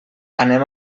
anem